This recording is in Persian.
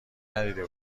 ندیده